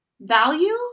value